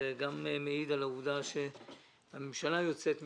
זה גם מעיד על העובדה שהממשלה יוצאת מדברים,